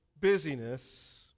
busyness